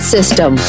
System